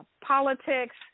politics